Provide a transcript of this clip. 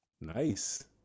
Nice